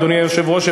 אדוני היושב-ראש,